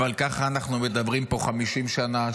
אבל ככה אנחנו מדברים פה 50 שנה,